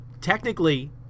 technically